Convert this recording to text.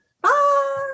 Bye